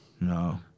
No